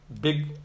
big